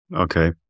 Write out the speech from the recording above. Okay